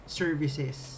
services